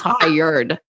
tired